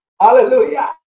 Hallelujah